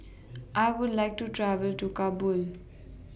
I Would like to travel to Kabul